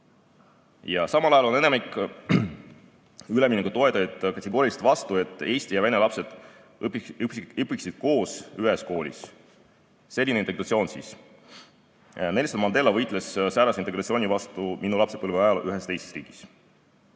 Ja samal ajal on enamik ülemineku toetajaid kategooriliselt vastu, et eesti ja vene lapsed õpiksid koos ühes koolis. Selline integratsioon siis. Nelson Mandela võitles säärase integratsiooni vastu minu lapsepõlve ajal ühes teises riigis.